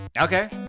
Okay